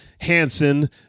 Hansen